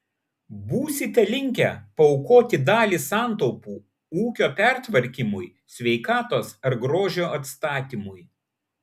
būsite linkę paaukoti dalį santaupų ūkio pertvarkymui sveikatos ar grožio atstatymui